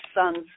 son's